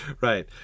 Right